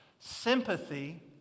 Sympathy